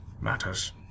matters